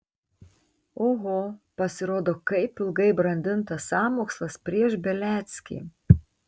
oho pasirodo kaip ilgai brandintas sąmokslas prieš beliackį